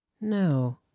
No